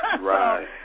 Right